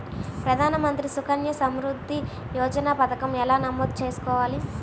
ప్రధాన మంత్రి సుకన్య సంవృద్ధి యోజన పథకం ఎలా నమోదు చేసుకోవాలీ?